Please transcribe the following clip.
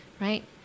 right